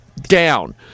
down